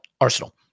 Arsenal